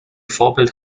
vorbild